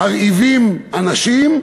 מרעיבים אנשים,